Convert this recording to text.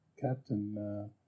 captain